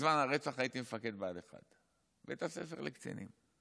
בזמן הרצח הייתי מפקד בה"ד 1, בית הספר לקצינים,